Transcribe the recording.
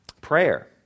Prayer